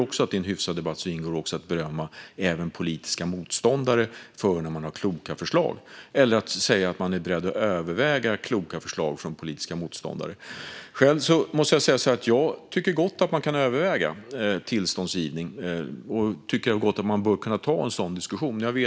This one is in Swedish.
I en hyfsad debatt ingår att även berömma politiska motståndare när de har kloka förslag eller att vara beredd att överväga kloka förslag från politiska motståndare. Jag tycker gott att man kan överväga tillståndsgivning. Man bör kunna ta en sådan diskussion.